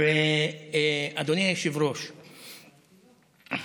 אדוני היושב-ראש,